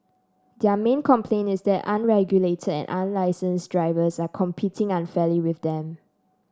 their main complaint is that unregulated and unlicense drivers are competing unfairly with them